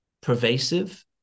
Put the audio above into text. pervasive